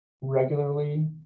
regularly